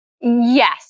Yes